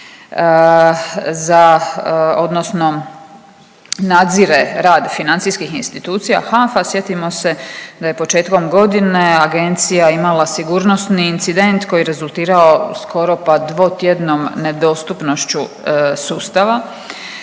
za odnosno nadzire rad financijskih institucija. HANFA sjetimo se da je početkom godine agencija imala sigurnosni incident koji je rezultirao skoro pa dvotjednom nedostupnošću sustava.